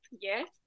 yes